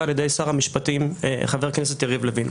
על ידי שר המשפטים חבר הכנסת יריב לוין.